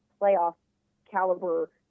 playoff-caliber